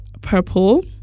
Purple